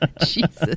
Jesus